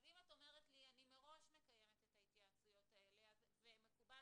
אם את אומרת לשי שאת מראש מקיימת את ההתייעצויות האלה וזה מקובל